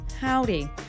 howdy